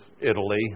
Italy